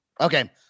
Okay